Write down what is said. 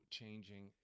changing